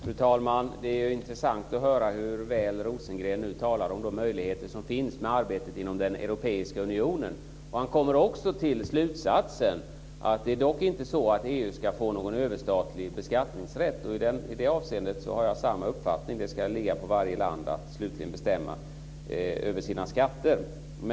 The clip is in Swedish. Fru talman! Det är intressant att höra hur väl Rosengren talar om de möjligheter som finns med arbetet inom den europeiska unionen. Han kommer till slutsatsen att EU inte ska få en överstatlig beskattningsrätt. I det avseendet har jag samma uppfattning. Det ska ligga på varje land att slutligen bestämma över sina skatter.